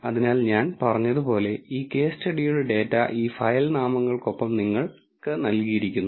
അതിനാൽ ഞാൻ പറഞ്ഞതുപോലെ ഈ കേസ് സ്റ്റഡിയുടെ ഡാറ്റ ഈ ഫയൽ നാമങ്ങൾക്കൊപ്പം നിങ്ങൾക്ക് നൽകിയിരിക്കുന്നു